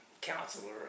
counselor